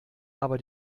aber